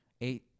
eight